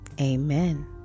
Amen